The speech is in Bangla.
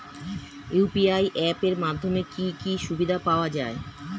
ইউ.পি.আই অ্যাপ এর মাধ্যমে কি কি সুবিধা পাওয়া যায়?